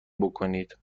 بکنید